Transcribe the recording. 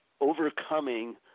overcoming